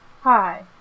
Hi